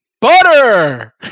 Butter